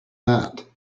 that